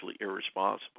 irresponsible